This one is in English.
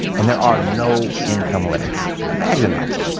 and there are no income limits. imagine that.